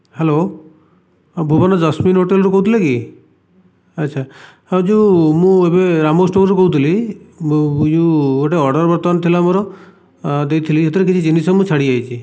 hello ହଁ Bhuban Jasmine ହୋଟେଲରୁ କହିଥିଲେ କି ଆଛା ହଁ ଯେଉଁ ମୁଁ ଏବେ ରାମ ଷ୍ଟୋରରୁ କହୁଥିଲି ମୁଁ ଯେଉଁ ଅର୍ଡ଼ର ବର୍ତ୍ତମାନ ଥିଲା ମୋର ଦେଇଥିଲି ଏଥିରେ କିଛି ଜିନିଷ ମୁଁ ଛାଡ଼ି ଯାଇଛି